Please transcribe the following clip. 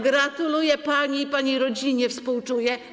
Gratuluję pani i pani rodzinie współczuję.